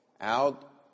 out